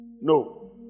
No